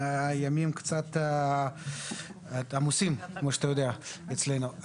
הימים קצת עמוסים אצלנו.